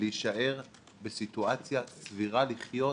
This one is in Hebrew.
להישאר בסיטואציה סבירה לחיות.